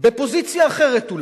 בפוזיציה אחרת אולי,